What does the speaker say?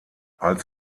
als